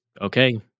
okay